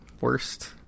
Worst